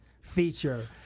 Feature